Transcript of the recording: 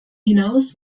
hinaus